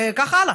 וכך הלאה.